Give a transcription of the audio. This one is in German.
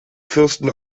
fürsten